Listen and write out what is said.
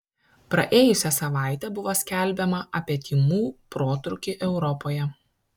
praėjusią savaitę buvo skelbiama apie tymų protrūkį europoje